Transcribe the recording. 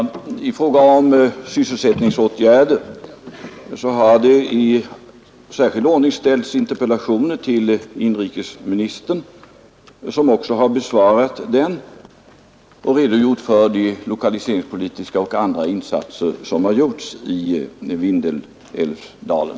Herr talman! I fråga om sysselsättningsåtgärder har det i särskild ordning ställts interpellationer till inrikesministern. Han har också svarat och redogjort för de lokaliseringspolitiska och andra insatser som gjorts i Vindelälvsdalen.